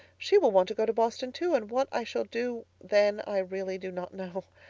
she will want to go to boston too, and what i shall do then i really do not know.